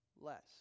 less